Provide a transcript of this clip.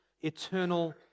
eternal